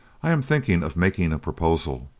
i am thinking of making a proposal,